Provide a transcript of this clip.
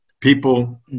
people